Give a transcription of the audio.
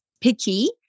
picky